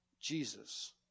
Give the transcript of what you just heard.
Jesus